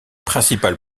principal